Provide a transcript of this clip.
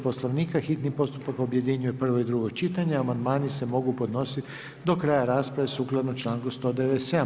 Poslovnika hitni postupak objedinjuje prvo i drugo čitanje, a amandmani se mogu podnositi do kraja rasprave sukladno čl.197.